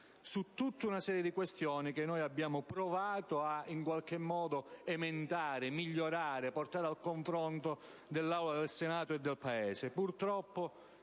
Grazie